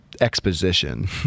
Exposition